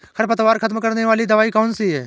खरपतवार खत्म करने वाली दवाई कौन सी है?